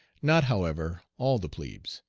not, however, all the plebes,